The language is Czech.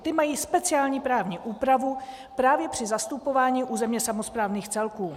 Ta mají speciální právní úpravu právě při zastupování územně samosprávných celků.